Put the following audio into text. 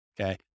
Okay